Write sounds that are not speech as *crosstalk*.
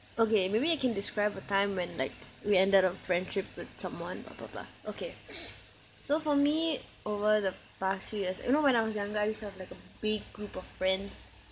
okay maybe I can describe a time when like we ended our friendship with someone blah blah blah okay *breath* so for me over the past few years you know when I was younger I used to have like a big group of friends